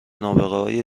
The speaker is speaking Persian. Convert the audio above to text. نابغههای